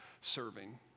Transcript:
serving